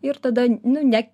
ir tada ne